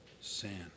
sin